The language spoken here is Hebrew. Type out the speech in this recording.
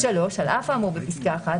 (3) על אף האמור בפסקה (1),